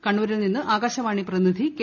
കണ്ണൂരിൽ നിന്ന് ആകാശവാണി പ്രതിനിധി കെ